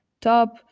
top